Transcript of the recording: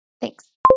Thanks